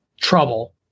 trouble